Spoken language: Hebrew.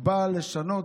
באה לשנות,